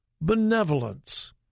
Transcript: benevolence